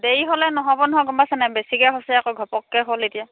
দেৰি হ'লে নহ'ব নহয় গম পাইছে নাই বেছিকৈ হৈছে আকৌ ঘপককৈ হ'ল এতিয়া